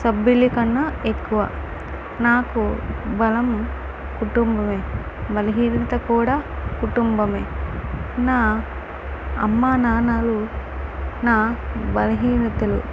సభ్యుల కన్నా ఎక్కువ నాకు బలం కుటుంబమే బలహీనత కూడా కుటుంబమే నా అమ్మానాన్నలు నా బలహీనతలు